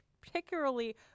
particularly